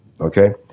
Okay